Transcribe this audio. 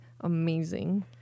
amazing